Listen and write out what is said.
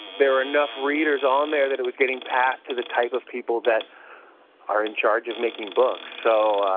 there were enough readers on there that it was getting passed to the type of people that are in charge of making books. so,